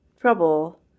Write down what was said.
trouble